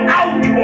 out